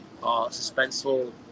Suspenseful